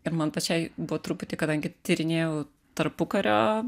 ir man pačiai buvo truputį kadangi tyrinėjau tarpukario